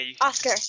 Oscar